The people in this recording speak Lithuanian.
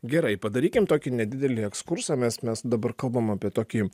gerai padarykim tokį nedidelį ekskursą mes mes dabar kalbame apie tokį